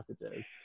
messages